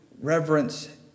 reverence